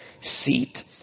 Seat